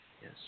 Yes